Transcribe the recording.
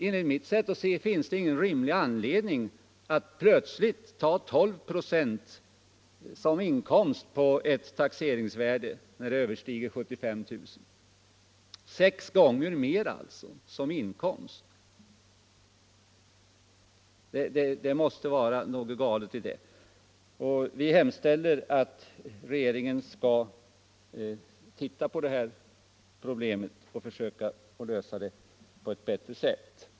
Enligt mitt sätt att se finns det ingen rimlig anledning att plötsligt ta 12 96 som inkomst på en fastighets taxeringsvärde när detta överstiger 75 000 kr., dvs. sex gånger mer än förut. Det måste vara något galet i detta. Vi hemställer att riksdagen begär att regeringen skall utreda det här problemet och försöka lösa det på ett bättre sätt.